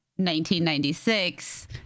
1996